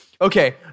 Okay